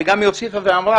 והיא הוסיפה ואמרה